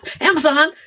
Amazon